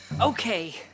Okay